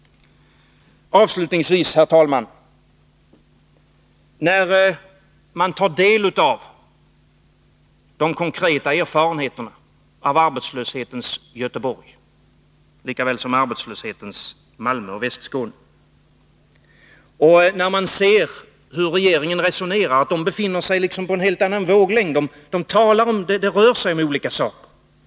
Avslutningsvis vill jag, herr talman, säga följande. Efter att ha tagit del av de konkreta erfarenheterna av arbetslöshetens Göteborg — lika väl som arbetslöshetens Malmö och Västskåne — och efter att ha hört hur regeringen resonerar, kan jag konstatera att regeringen befinner sig på en helt annan våglängd. Det rör sig om olika saker.